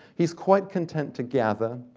he's quite content to gather,